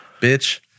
Bitch